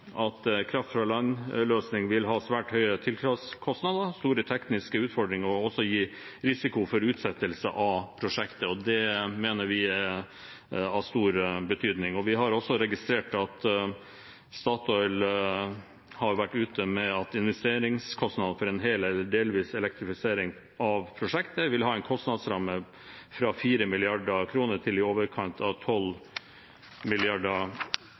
at kraft fra land-løsning vil ha svært høye tiltakskostnader, store tekniske utfordringer og også gi risiko for utsettelse av prosjektet, og det mener vi er av stor betydning. Vi har også registrert at Statoil har vært ute med at investeringskostnader for hel eller delvis elektrifisering av prosjektet vil ha en kostnadsramme på fra 4 mrd. kr til i overkant av